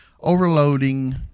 Overloading